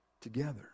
together